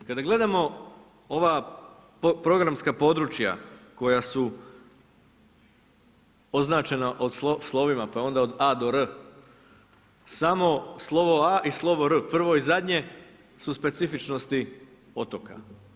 Kada gledamo ova programska područja koja su označena slovima pa onda od a do r, samo slovo a i slovo r, prvo i zadnje su specifičnosti otoka.